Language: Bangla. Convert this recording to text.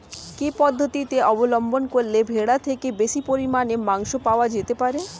কি পদ্ধতিতে অবলম্বন করলে ভেড়ার থেকে বেশি পরিমাণে মাংস পাওয়া যেতে পারে?